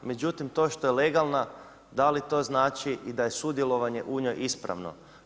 Međutim, to što je legalna da li to znači da je sudjelovanje u njoj ispravno?